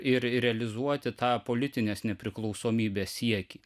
ir realizuoti tą politinės nepriklausomybės siekį